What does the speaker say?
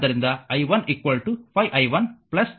ಆದ್ದರಿಂದ i 1 5i 1 i 3